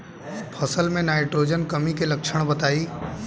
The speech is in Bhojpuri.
फसल में नाइट्रोजन कमी के लक्षण बताइ?